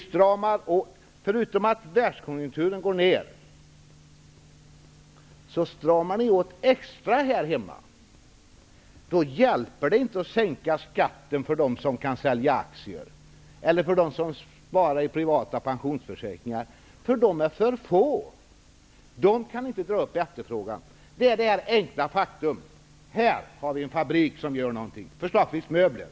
Samtidigt som världskonjunkturen går ner stramar ni åt extra mycket här hemma. Då hjälper det inte att sänka skatten för dem som kan sälja aktier eller för dem som sparar i privata pensionsförsäkringar. De är för få och kan därför inte bidra till att höja efterfrågan. Vi har t.ex. en fabrik i Tibro som tillverkar möbler.